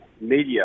media